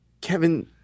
Kevin